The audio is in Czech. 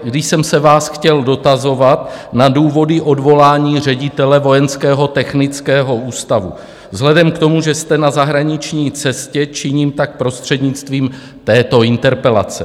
Když jsem se vás chtěl dotazovat na důvody odvolání ředitele Vojenského technického ústavu, vzhledem k tomu, že jste na zahraniční cestě, činím, tak prostřednictvím této interpelace.